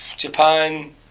Japan